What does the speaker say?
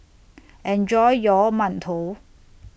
Enjoy your mantou